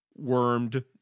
wormed